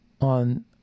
on